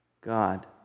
God